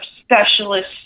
specialists